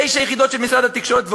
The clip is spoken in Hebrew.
תשע יחידות של משרד התקשורת,